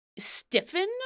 stiffen